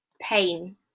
pain